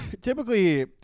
typically